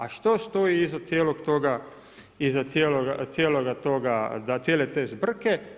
A što stoji iza cijelog toga, iza cijeloga toga, cijele te zbrke?